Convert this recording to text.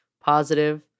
positive